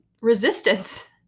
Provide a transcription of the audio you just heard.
resistance